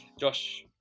Josh